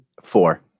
four